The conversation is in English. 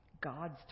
God's